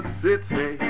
city